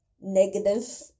negative